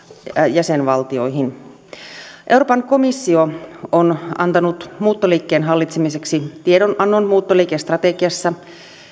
jäsenvaltioihin euroopan komissio on antanut muuttoliikkeen hallitsemiseksi tiedonannon muuttoliikestrategiassa